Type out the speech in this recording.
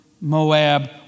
Moab